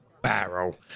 Barrel